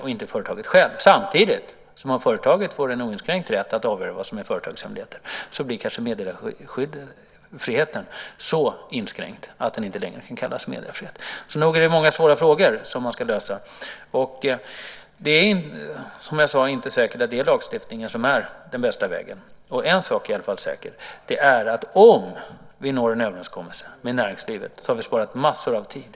Om företaget å andra sidan har en oinskränkt rätt att avgöra vad som är företagshemligheter blir kanske meddelarfriheten så inskränkt att den inte längre kan kallas meddelarfrihet. Nog är det många svåra frågor som man ska lösa. Det är inte säkert att det är lagstiftning som är den bästa vägen. En sak är i varje fall säker. Om vi når en överenskommelse med näringslivet har vi sparat massor av tid.